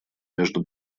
между